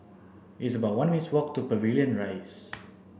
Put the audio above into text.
it's about one minutes' walk to Pavilion Rise